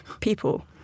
people